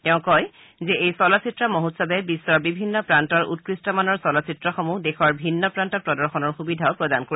তেওঁ লগতে কয় যে এই চলচ্চিত্ৰ মহোৎসৱে বিশ্বৰ বিভিন্ন প্ৰান্তৰ উৎকৃষ্টমানৰ চলচ্চিত্ৰসমূহৰ দেশৰ ভিন্ন প্ৰান্তত প্ৰদৰ্শনৰ সুবিধাও প্ৰদান কৰিব